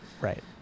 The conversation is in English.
Right